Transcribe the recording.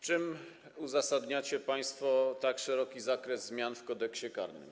Czym uzasadniacie państwo tak szeroki zakres zmian w Kodeksie karnym?